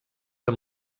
amb